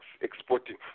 exporting